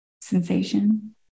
sensation